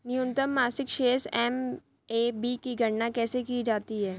न्यूनतम मासिक शेष एम.ए.बी की गणना कैसे की जाती है?